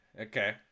okay